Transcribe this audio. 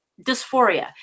dysphoria